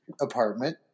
apartment